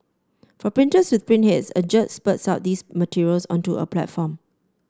for printers with print heads a jet spurts out these materials onto a platform